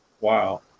Wow